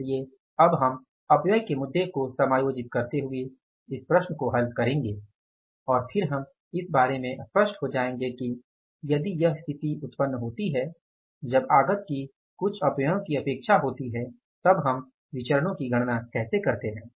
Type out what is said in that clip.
इसलिए अब हम अपव्यय के मुद्दे को समायोजित करते हुए इस प्रश्न को हल करेंगे और फिर हम इस बारे में स्पष्ट हो जाएंगे कि यदि यह स्थिति उत्पन्न होती है जब आगत की कुछ अपव्ययों की अपेक्षा होती है तब हम विचरणो की गणना कैसे करते हैं